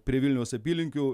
prie vilniaus apylinkių